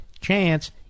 chance